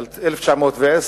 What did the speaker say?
ב-1910